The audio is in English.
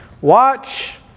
Watch